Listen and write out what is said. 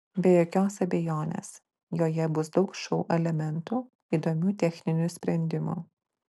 be jokios abejonės joje bus daug šou elementų įdomių techninių sprendimų